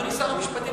אדוני שר המשפטים,